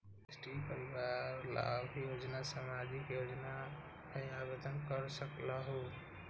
राष्ट्रीय परिवार लाभ योजना सामाजिक योजना है आवेदन कर सकलहु?